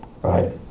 Right